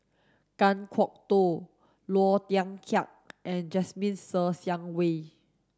Kan Kwok Toh Low Thia Khiang and Jasmine Ser Xiang Wei